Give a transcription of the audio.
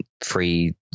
free